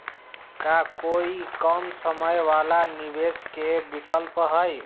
का कोई कम समय वाला निवेस के विकल्प हई?